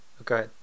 okay